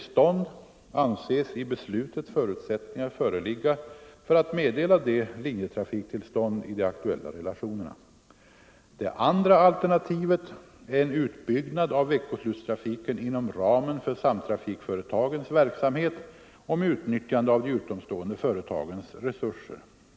fjärrbusstrafitill stånd anses i beslutet förutsättningar föreligga för att meddela det — ken i Norrlands linjetrafiktillstånd i de aktuella relationerna. Det andra alternativet är — kustområde en utbyggnad av veckoslutstrafiken inom ramen för samtrafikföretagens verksamhet och med utnyttjande av de utomstående företagens resurser.